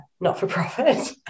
not-for-profit